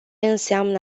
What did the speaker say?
înseamnă